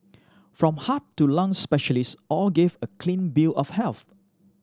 from heart to lung specialists all gave a clean bill of health